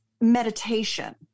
meditation